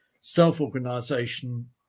self-organization